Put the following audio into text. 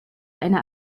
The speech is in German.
einer